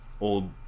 old